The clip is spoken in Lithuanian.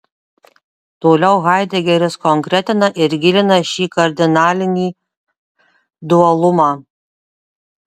toliau haidegeris konkretina ir gilina šį kardinalinį dualumą